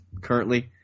currently